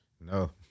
No